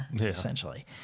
essentially